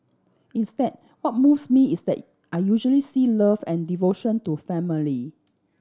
instead what moves me is that I usually see love and devotion to family